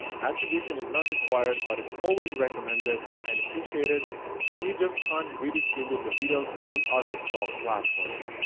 attribution is not required but is always like um and and appreciated and you just can't redistribute the videos on other stock platforms.